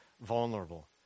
vulnerable